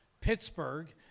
Pittsburgh